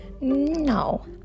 No